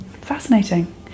Fascinating